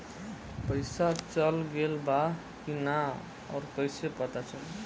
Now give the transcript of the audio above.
पइसा चल गेलऽ बा कि न और कइसे पता चलि?